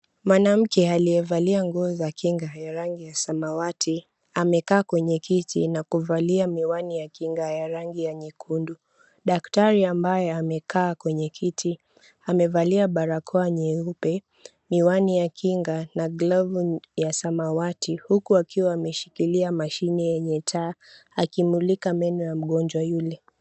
mwanamke aliyevalia nguo za kinga ya rangi ya samawati, amekaa kwenye kiti na kuvalia miwani ya kinga ya rangi ya nyekundu . Daktari ambaye amekaa kwenye kiti amevalia barakoa nyeupe, miwani ya kinga na glovu ya samawati ,huku akiwa ameshikilia mashine yenye taa akimulika meno ya mgonjwa yule.